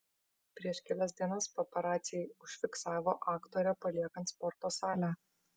prieš kelias dienas paparaciai užfiksavo aktorę paliekant sporto salę